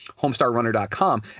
homestarrunner.com